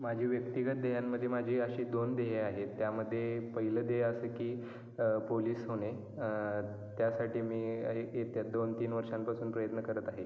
माझे व्यक्तिगत ध्येयांमध्ये माझे असे दोन ध्येय आहेत त्यामध्ये पहिलं ध्येय असं की पोलीस होणे त्यासाठी मी येत्या दोन तीन वर्षांपासून प्रयत्न करत आहे